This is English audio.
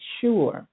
sure